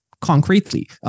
concretely